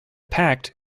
pact